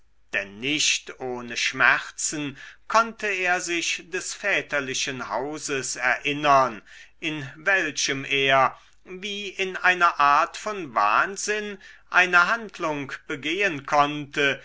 denn nicht ohne schmerzen konnte er sich des väterlichen hauses erinnern in welchem er wie in einer art von wahnsinn eine handlung begehen konnte